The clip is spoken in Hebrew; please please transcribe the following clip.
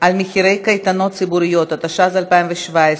על מחירי קייטנות ציבוריות, התשע"ז 2017,